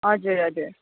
हजुर हजुर